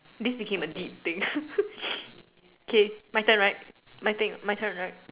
this became a deep thing K my turn right my thing my turn right